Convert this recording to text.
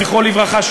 זכרו לברכה,